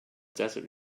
desert